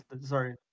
Sorry